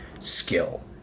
skill